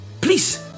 Please